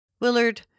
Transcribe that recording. Willard